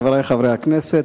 חברי חברי הכנסת,